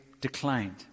declined